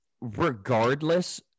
regardless